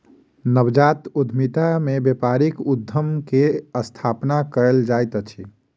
नवजात उद्यमिता में व्यापारिक उद्यम के स्थापना कयल जाइत अछि